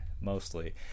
Mostly